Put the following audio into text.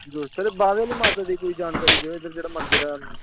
जरूर सर ए बाह्वे आली माता दी कोई जानकारी देओ इद्धर जेह्ड़ा मंदर ऐ